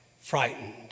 frightened